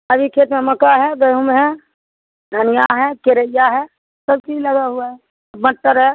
अभी खेत में मक्का है गेहूँ है धनिया है तुरई है सब चीज़ लगी हुई है मटर है